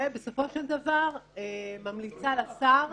ובסופו של דבר ממליצה לשר,